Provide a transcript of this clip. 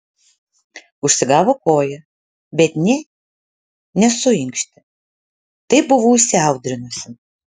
užsigavo koją bet nė nesuinkštė taip buvo įsiaudrinusi